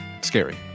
scary